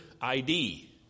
ID